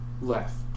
left